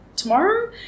tomorrow